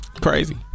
Crazy